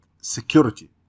security